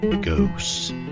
ghosts